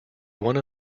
one